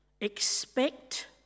expect